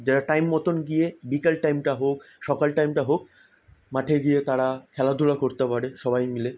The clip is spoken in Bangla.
যারা টাইম মতন গিয়ে বিকেল টাইমটা হোক সকাল টাইমটা হোক মাঠে গিয়ে তারা খেলাধুলা করতে পারে সবাই মিলে